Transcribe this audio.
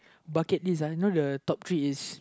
bucket list uh you know the top three is